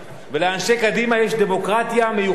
ולאנשי קדימה יש דמוקרטיה מיוחדת.